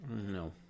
no